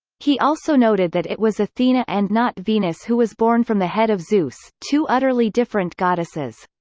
he also noted that it was athena and not venus who was born from the head of zeus two utterly different goddesses.